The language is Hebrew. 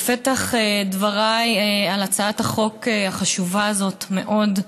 בפתח דבריי על הצעת החוק החשובה הזאת, מאוד,